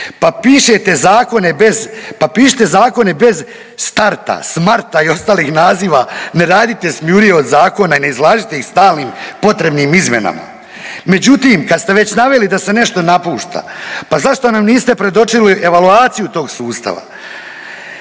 pa pišite zakone bez Starta, Smarta i ostalih naziva, ne radite smijuriju od zakona i ne izlažite ih stalnim potrebnim izmjenama. Međutim, kad ste već naveli da se nešto napušta, pa zašto nam niste predočili evaluaciju tog sustava.